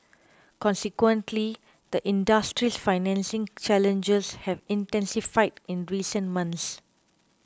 consequently the industry's financing challenges have intensified in recent months